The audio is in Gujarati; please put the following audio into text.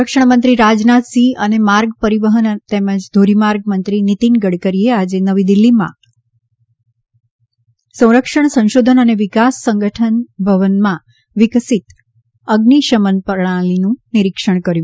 સંરક્ષણમંત્રી રાજનાથસિંહ અને માર્ગ પરિવહન તેમજ ધોરીમાર્ગ મંત્રી નીતિન ગડકરીએ આજે નવી દિલ્હીમાં સંરક્ષણ સંશોધન અને વિકાસ સંગઠન ભવનમાં વિકસીત અઝિશમન પ્રણાલિનું નીરીક્ષણ કર્યું